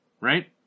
right